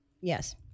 yes